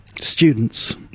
students